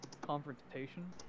confrontation